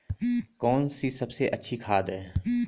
कौन सी सबसे अच्छी खाद है?